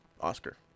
Oscar